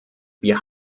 wir